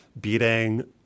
beating